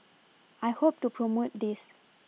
I hope to promote this